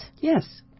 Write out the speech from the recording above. Yes